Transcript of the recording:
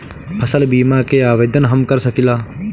फसल बीमा के आवेदन हम कर सकिला?